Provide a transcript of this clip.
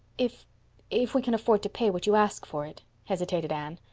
if if we can afford to pay what you ask for it, hesitated anne.